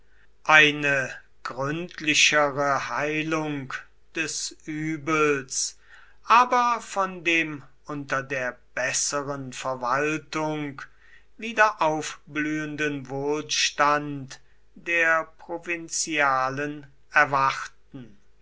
eine gründlichere heilung des übels aber von dem unter der besseren verwaltung wiederaufblühenden wohlstand der provinzialen erwarten